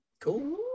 Cool